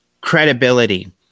credibility